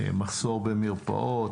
מחסור במרפאות,